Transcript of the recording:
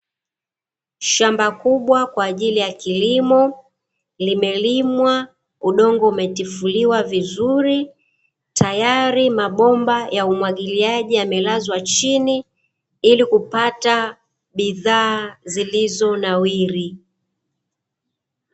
Shamba kubwa kwa ajili ya kilimo, limelimwa udongo umetifuliwa vizuri, tayari mabomba ya umwagiliaji yamelazwa chini, ili kupata bidhaa zilizonawiri.